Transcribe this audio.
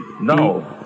no